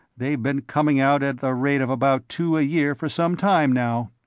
they've been coming out at the rate of about two a year for some time now.